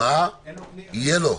יהיה לו.